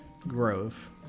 Grove